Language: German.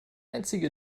einzige